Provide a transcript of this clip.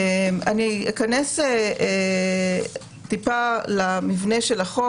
אכנס מעט למבנה החוק.